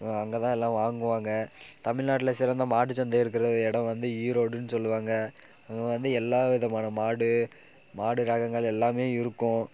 அங்கே தான் எல்லாம் வாங்குவாங்க தமிழ்நாட்டில் சிறந்த மாட்டுச் சந்தை இருக்கிற இடம் வந்து ஈரோடுன்னு சொல்லுவாங்க அங்கே வந்து எல்லா விதமான மாடு மாடு ரகங்கள் எல்லாமே இருக்கும்